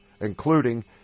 Including